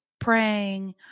Praying